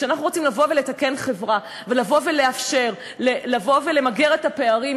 כשאנחנו רוצים לבוא ולתקן חברה ולאפשר למגר את הפערים,